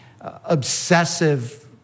obsessive